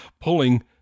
pulling